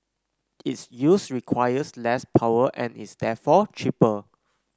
its use requires less power and is therefore cheaper